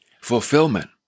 fulfillment